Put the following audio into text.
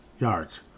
yards